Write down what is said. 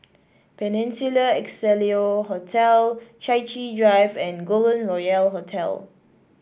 Peninsula Excelsior Hotel Chai Chee Drive and Golden Royal Hotel